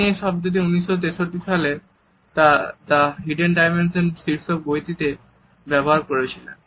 তিনি এই শব্দটি 1963 সালে প্রকাশিত তাঁর দ্য হিডেন ডাইমেনশন শীর্ষক বইটিতে ব্যবহার করেছিলেন